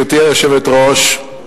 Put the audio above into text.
גברתי היושבת-ראש,